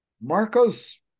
Marco's